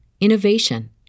innovation